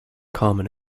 common